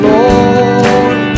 Lord